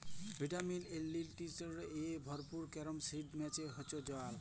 vitamin, antioxidants এ ভরপুর carrom seed মালে হচ্যে জয়াল